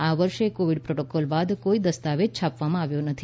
આ વર્ષે Covid protocol બાદ કોઈ દસ્તાવેજ છાપવામાં આવ્યો નથી